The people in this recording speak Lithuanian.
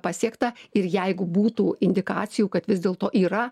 pasiekta ir jeigu būtų indikacijų kad vis dėlto yra